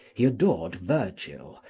he adored virgil,